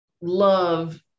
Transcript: love